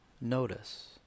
notice